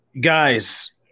guys